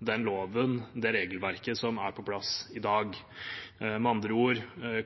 den loven og det regelverket som er på plass i dag. Med andre ord: